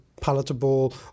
palatable